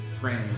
Praying